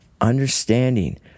understanding